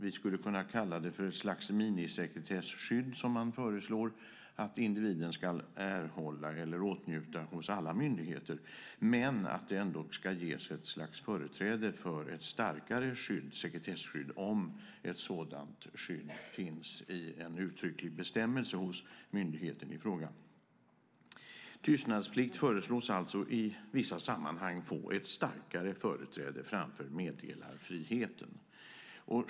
Vi skulle kunna kalla det för ett slags minisekretesskydd som man föreslår att individen ska erhålla eller åtnjuta hos alla myndigheter. Dock ska det ges ett slags företräde för ett starkare sekretesskydd om ett sådant skydd finns i en uttrycklig bestämmelse hos myndigheten i fråga. Tystnadsplikt föreslås alltså i vissa sammanhang få ett starkare företräde framför meddelarfrihet.